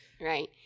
right